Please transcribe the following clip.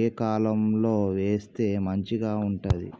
ఏ కాలం లో వేస్తే మంచిగా ఉంటది?